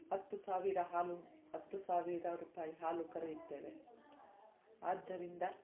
ಹತ್ತು ಸಾವಿರ ಹಾಲು ಹತ್ತು ಸಾವಿರ ರೂಪಾಯಿ ಹಾಲು ಕರೆಯುತ್ತೇವೆ ಆದ್ದರಿಂದ